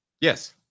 Yes